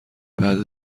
بعد